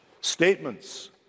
statements